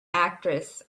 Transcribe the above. actress